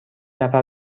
نفر